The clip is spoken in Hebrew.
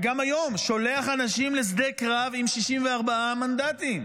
וגם היום שולח אנשים לשדה קרב עם 64 מנדטים.